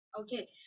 okay